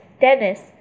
Dennis